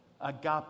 agape